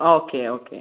okay okay